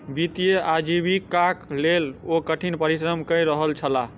वित्तीय आजीविकाक लेल ओ कठिन परिश्रम कय रहल छलाह